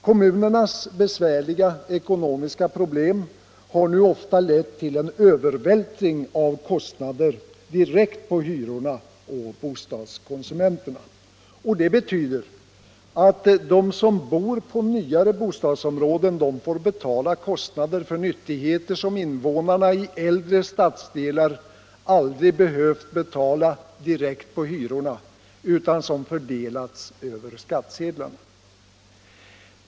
Kommunernas besvärliga ekonomiska problem har ofta lett till en övervältring av kostnader direkt på hyrorna och bostadskonsumenterna. Det betyder att de som bor i nyare bostadsområden får betala kostnader för nyttigheter som invånare i äldre stadsdelar aldrig har behövt betala direkt på hyrorna utan som har fördelats över skattsedlarna.